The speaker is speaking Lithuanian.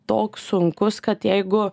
toks sunkus kad jeigu